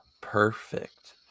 Perfect